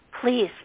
Please